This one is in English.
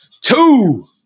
two